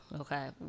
okay